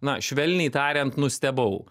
na švelniai tariant nustebau